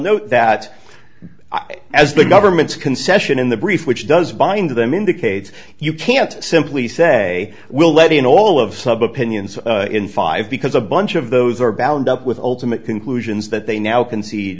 know that as the government's concession in the brief which does bind them indicates you can't simply say we'll let in all of sub opinions in five because a bunch of those are bound up with ultimate conclusions that they now concede